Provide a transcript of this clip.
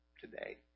today